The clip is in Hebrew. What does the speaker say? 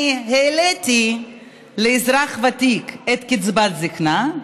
אני העליתי לאזרח ותיק את קצבת הזקנה,